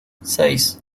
seis